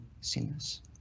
sinners